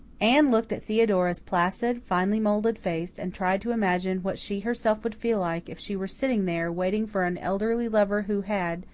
anne looked at theodora's placid, finely-moulded face and tried to imagine what she herself would feel like if she were sitting there, waiting for an elderly lover who had,